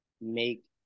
Make